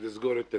אז נסגור את הדיון.